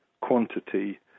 quantity